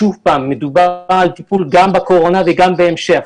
שוב, מדובר על טיפול גם בעת הקורונה וגם בהמשך.